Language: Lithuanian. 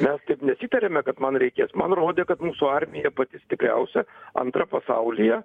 mes taip nesitarėmė kad man reikės man rodė kad mūsų armija pati stipriausia antra pasaulyje